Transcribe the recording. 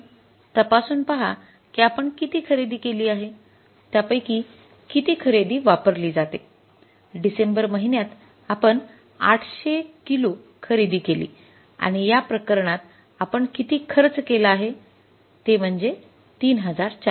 आता आपण तपासून पहा की आपण किती खरेदी केली आहे त्यापैकी किती खरेदी वापरली जाते डिसेंबर महिन्यात आपण ८०० किलो खरेदी केली आणि या प्रकरणात आपण किती खर्च केला आहे ते म्हणजे ३४००